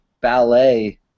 ballet